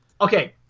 Okay